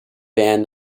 banned